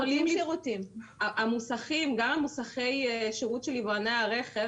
גם מוסכי השירות של יבואני הרכב,